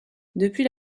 depuis